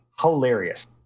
Hilarious